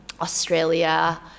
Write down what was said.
Australia